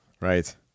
right